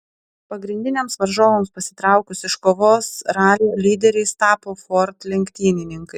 pagrindiniams varžovams pasitraukus iš kovos ralio lyderiais tapo ford lenktynininkai